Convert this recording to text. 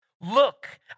Look